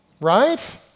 Right